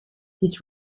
this